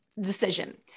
decision